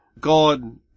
God